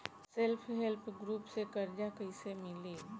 Self help group से कर्जा कईसे मिली?